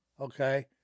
okay